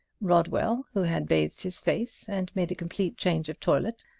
rodwell, who had bathed his face and made a complete change of toilet,